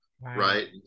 right